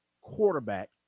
quarterback